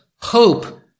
hope